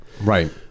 Right